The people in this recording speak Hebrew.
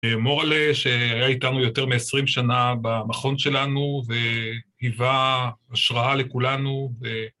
מורל'ה, שהיה איתנו יותר מ-20 שנה במכון שלנו והיווה השראה לכולנו.